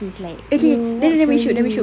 she's like eh what should we do